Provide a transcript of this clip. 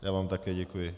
Já vám také děkuji.